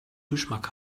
geschmack